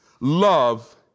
love